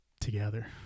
together